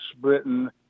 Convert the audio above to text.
britain